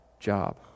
job